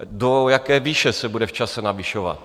Do jaké výše se bude v čase navyšovat?